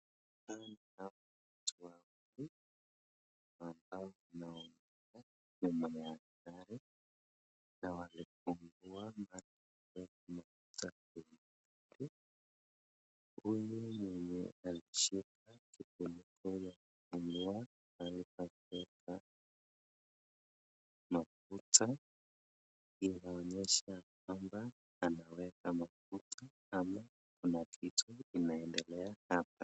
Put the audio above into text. Hawa ni watu wawili ambao wanaongea nyuma ya gari na wamefungua mahali pa kuweka mafuta kwenye gari, huyu mwenye ameshika kufuniko ya kufungua ameweza kuweka mafuta, inaonyesha ya kwamba anaweka mafuta ama kuna kitu inaendelea hapa.